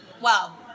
Wow